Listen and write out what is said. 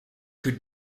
could